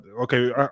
okay